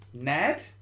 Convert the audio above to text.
Ned